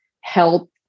help